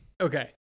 Okay